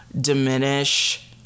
diminish